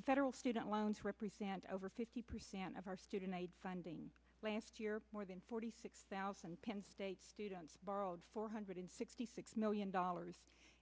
the federal student loans represent over fifty percent of our student aid funding last year more than forty six thousand penn state students borrowed four hundred sixty six million dollars